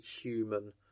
human